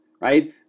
right